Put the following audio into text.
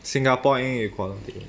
singapore 英语 quality